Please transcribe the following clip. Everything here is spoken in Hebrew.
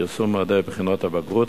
פרסום מועדי בחינות הבגרות,